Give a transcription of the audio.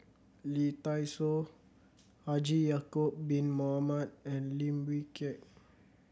Lee Dai Soh Haji Ya'acob Bin Mohamed and Lim Wee Kiak